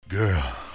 Girl